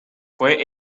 fue